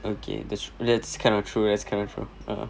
okay that's that's kind of true that's kind of true uh